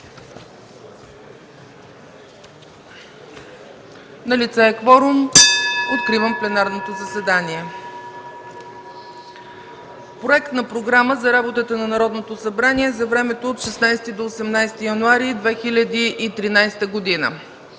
Налице е кворум. Откривам пленарното заседание. (Звъни.) Проект на програма за работата на Народното събрание за времето от 16 до 18 януари 2013 г.: 1.